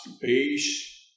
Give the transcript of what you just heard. Peace